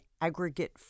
aggregate